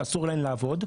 שאסור להן לעבוד,